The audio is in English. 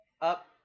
up